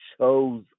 chose